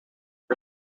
for